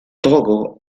togo